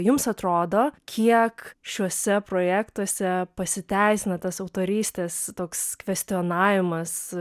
jums atrodo kiek šiuose projektuose pasiteisina tas autorystės toks kvestionavimas